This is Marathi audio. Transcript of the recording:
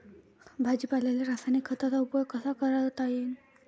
भाजीपाल्याले रासायनिक खतांचा उपयोग कसा करता येईन?